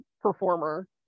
performer